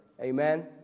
Amen